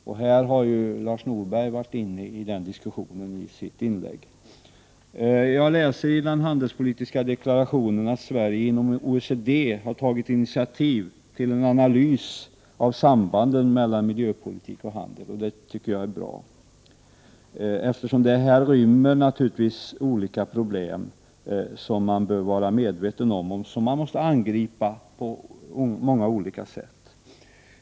Lars Norberg har här varit inne på den diskussionen i sitt inlägg. Jag läser i den handelspolitiska deklarationen att Sverige inom OECD har tagit initiativ till en analys av sambanden mellan miljöpolitik och handel. Det tycker jag är bra, eftersom detta naturligtvis rymmer olika problem som man bör vara medveten om och måste angripa på många olika sätt.